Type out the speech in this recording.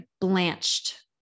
blanched